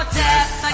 death